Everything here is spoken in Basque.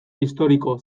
historiko